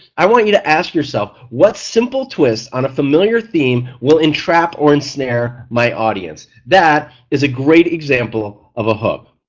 i want you to ask yourself what simple twist on a familiar theme will entrap or ensnare my audience? that is a great example of a hook.